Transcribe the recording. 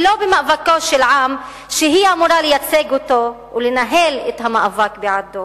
ולא במאבקו של עם שהיא אמורה לייצג אותו ולנהל את המאבק בעדו.